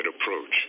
approach